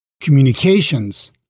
communications